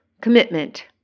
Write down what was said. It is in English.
commitment